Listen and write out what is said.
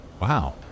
wow